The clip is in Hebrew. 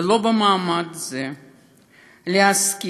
ולא המעמד להזכיר,